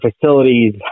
facilities